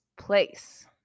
place